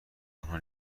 آنها